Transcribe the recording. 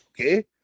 Okay